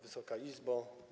Wysoka Izbo!